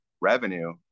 revenue